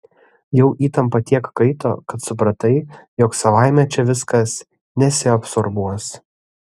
jau įtampa tiek kaito kad supratai jog savaime čia viskas nesiabsorbuos